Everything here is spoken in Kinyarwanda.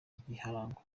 ikiharangwa